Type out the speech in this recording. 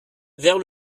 vers